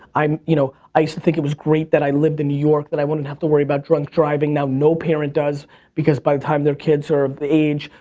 i'm, you know, i used to think it was great that i lived in new york, that i wouldn't have to worry about drunk driving. now no parent does because by the time their kids are of age,